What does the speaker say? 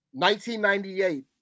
1998